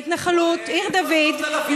בהתנחלות בעיר דוד,